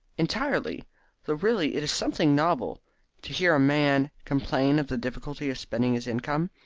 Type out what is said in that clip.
entirely though really it is something novel to hear a man complain of the difficulty of spending his income.